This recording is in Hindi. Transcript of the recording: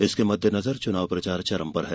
इसके मददेनजर चुनाव प्रचार चरम पर है